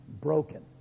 broken